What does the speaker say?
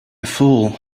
fool